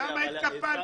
למה התקפלתם?